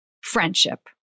friendship